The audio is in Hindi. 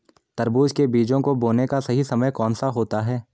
तरबूज के बीजों को बोने का सही समय कौनसा होता है?